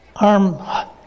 arm